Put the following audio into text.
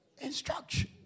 instruction